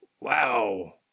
Wow